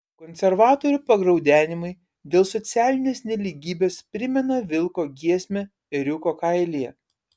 konservatorių pagraudenimai dėl socialinės nelygybės primena vilko giesmę ėriuko kailyje